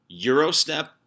Eurostep